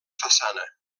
façana